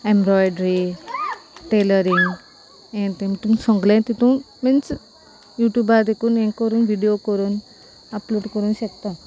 embroidery tailoring हे सोगले तितून मिन्स युट्यूबार देकून हे करून विडियो करून अपलोड करूंक शेकता